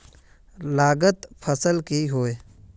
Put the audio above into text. लागत फसल की होय?